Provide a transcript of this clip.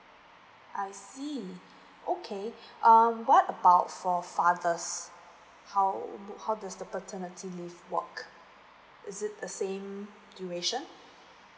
I see okay um what about for fathers how how does the paternity leave work is it the same duration